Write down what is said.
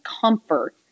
comfort